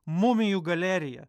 mumijų galeriją